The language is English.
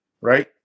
right